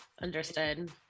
Understood